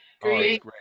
great